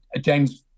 James